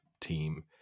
team